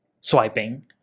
Swiping